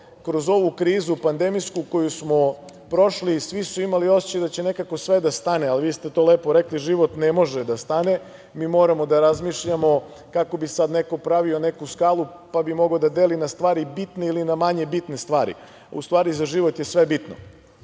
kroz ovu krizu pandemijsku koju smo prošli i svi su imali osećaj da će nekako sve da stane, ali vi ste to lepo rekli – život ne može da stane, mi moramo da razmišljamo kako bi sad neko pravio neku skalu, pa bi mogao da deli na stvari bitne ili na manje bitne. U stvari, za život je sve